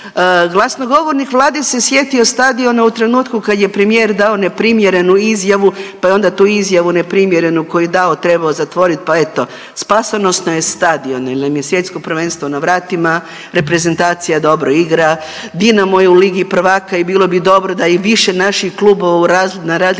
Glasnogovornik vlade se sjetio stadiona u trenutku kad je premijer dao neprimjerenu izjavu, pa onda je tu izjavu neprimjerenu koju je dao trebao zatvorit, pa eto spasonosno je stadion jel nam je svjetsko prvenstvo na vratima, reprezentacija dobro igra, Dinamo je u ligi prvaka i bilo bi dobro da je i više naših klubova na različitoj